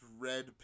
red